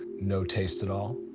no taste at all.